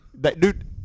Dude